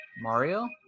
Mario